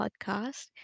podcast